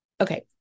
Okay